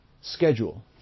schedule